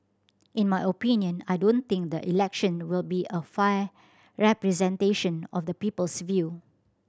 in my opinion I don't think the election will be a fair representation of the people's view